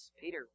Peter